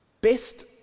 best